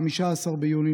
15 ביוני,